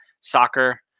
soccer